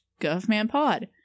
GovManPod